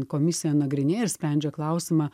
komisija nagrinėja ir sprendžia klausimą